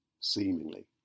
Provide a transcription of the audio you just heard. seemingly